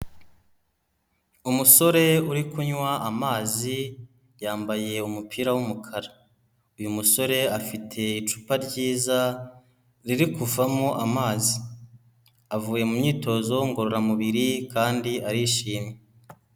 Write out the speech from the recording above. Umusore uri kunywa amazi, yambaye umupira w'umukara. Uyu musore afite icupa ryiza riri kuvamo amazi. Avuye mu myitozo ngororamubiri kandi arishimye.